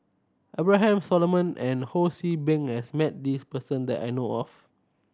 Abraham Solomon and Ho See Beng has met this person that I know of